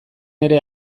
ere